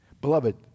Beloved